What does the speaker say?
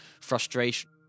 frustration